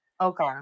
Okay